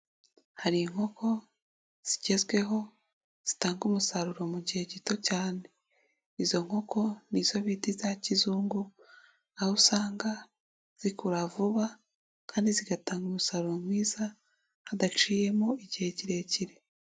Hari inkoko zigezweho zitanga umusaruro mu gihe gito cyane, izo nkoko ni zo bita iza kizungu aho usanga zikura vuba kandi zigatanga umusaruro mwiza hadaciyemo igihe kirekire.